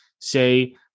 say